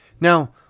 Now